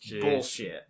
Bullshit